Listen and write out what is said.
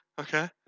Okay